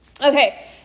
Okay